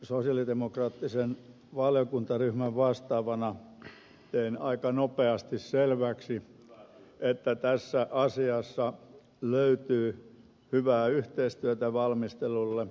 sosialidemokraattisen valiokuntaryhmän vastaavana tein aika nopeasti selväksi että tässä asiassa löytyy hyvää yhteistyötä valmistelussa